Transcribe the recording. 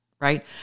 right